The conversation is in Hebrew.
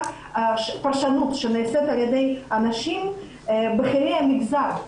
חדשנות שנעשית על ידי אנשים בכירי המגזר,